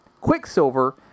Quicksilver